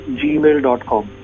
gmail.com